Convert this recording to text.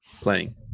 playing